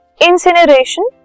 incineration